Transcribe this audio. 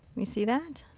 you see that.